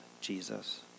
Jesus